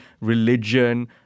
religion